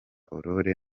aurore